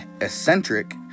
eccentric